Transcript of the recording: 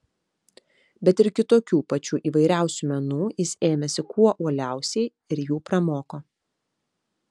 bet ir kitokių pačių įvairiausių menų jis ėmėsi kuo uoliausiai ir jų pramoko